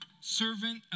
servant